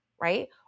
right